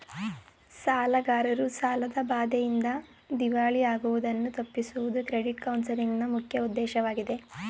ಸಾಲಗಾರರು ಸಾಲದ ಬಾಧೆಯಿಂದ ದಿವಾಳಿ ಆಗುವುದನ್ನು ತಪ್ಪಿಸುವುದು ಕ್ರೆಡಿಟ್ ಕೌನ್ಸಲಿಂಗ್ ನ ಮುಖ್ಯ ಉದ್ದೇಶವಾಗಿದೆ